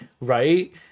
right